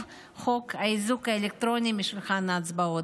חוק האיזוק האלקטרוני משולחן ההצבעות.